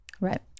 Right